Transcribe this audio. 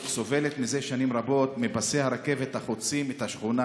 סובלת זה שנים רבות מפסי הרכבת החוצים את השכונה